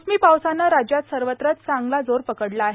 मोसमी पावसानं राज्यात सर्वत्रच चांगलाच जोर पकडला आहे